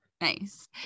Nice